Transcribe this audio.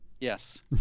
yes